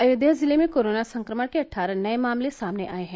अयोध्या जिले में कोरोना संक्रमण के अट्ठारह नए मामले सामने आए हैं